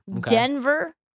Denver